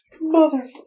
mother